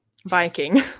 viking